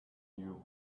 you